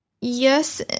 Yes